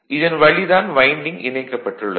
இதன் வழி தான் வைண்டிங் இணைக்கப்பட்டுள்ளது